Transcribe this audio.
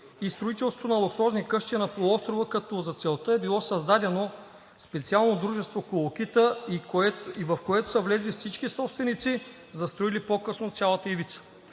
и строителство на луксозни къщи на полуострова, като за целта е било създадено специално дружество „Колокита“, в което са влезли всички собственици, застроили по-късно цялата ивица.